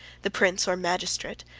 the prince or magistrate,